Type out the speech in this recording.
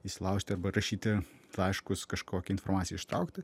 įsilaužti arba rašyti laiškus kažkokią informaciją ištraukti